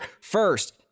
first